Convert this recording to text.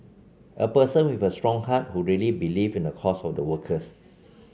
a person with a strong heart who really believe in the cause of the workers